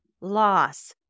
loss